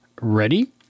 ready